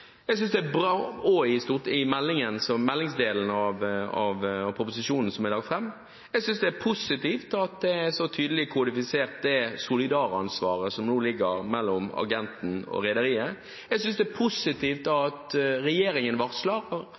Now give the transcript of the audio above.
jeg synes er positive i den gjennomgangen som er gjort av loven og i meldingsdelen av proposisjonen som er lagt fram. Jeg synes det er positivt at solidaransvaret som nå ligger mellom agenten og rederiet, er så tydelig kodifisert som det. Jeg synes det er positivt at regjeringen varsler